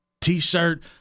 t-shirt